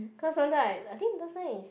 cause sometime I I think last time is